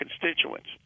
constituents